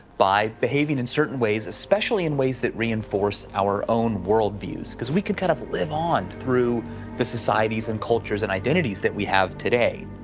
by behaving in certain ways, especially in ways that reinforce our own worldviews because we can kind of live on through the societies and cultures and identities that we have today.